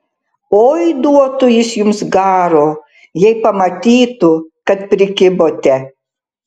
oi duotų jis jums garo jei pamatytų kad prikibote